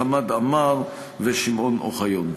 חמד עמאר ושמעון אוחיון.